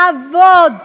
לעבוד קשה,